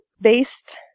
based